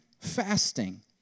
fasting